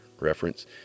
reference